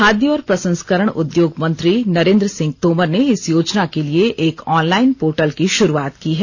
खाद्य और प्रसंस्करण उद्योग मंत्री नरेंद्र सिंह तोमर ने इस योजना के लिए एक ऑनलाइन पोर्टल की शुरुवात की है